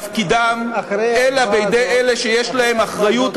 להפקידם אלא בידי אלה שיש להם אחריות,